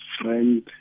friend